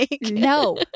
No